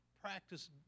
practice